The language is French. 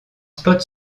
spots